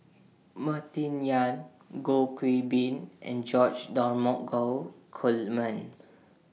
Martin Yan Goh Qiu Bin and George Dromgold Coleman